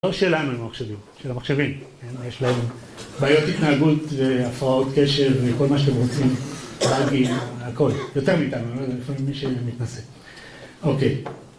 לא שלנו הם המחשבים, של המחשבים, כן? יש להם בעיות התנהגות והפרעות קשב וכל מה שאתם רוצים להגיד, הכל, יותר מאיתנו, אני לא יודע איפה מי שמתנשא, אוקיי.